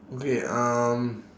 okay um